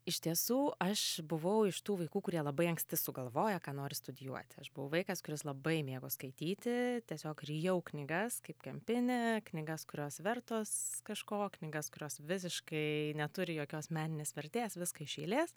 iš tiesų aš buvau iš tų vaikų kurie labai anksti sugalvoja ką nori studijuoti aš buvau vaikas kuris labai mėgo skaityti tiesiog rijau knygas kaip kempinė knygas kurios vertos kažko knygas kurios visiškai neturi jokios meninės vertės viską iš eilės